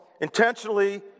Intentionally